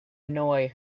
annoy